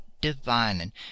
divining